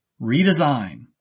Redesign